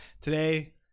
Today